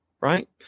right